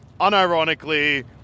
Unironically